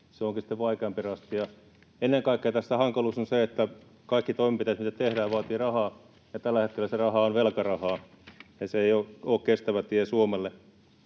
onkin sitten vaikeampi rasti. Ennen kaikkea tässä hankaluus on se, että kaikki toimenpiteet, mitä tehdään, vaativat rahaa, ja tällä hetkellä se raha on velkarahaa ja se ei ole kestävä tie Suomelle.